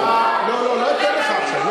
אז אני מבקש ממך, לא, לא אתן לך עכשיו.